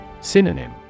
Synonym